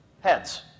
heads